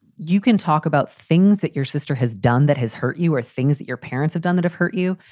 you can talk about things that your sister has done that has hurt you are things that your parents have done that have hurt you.